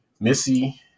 Missy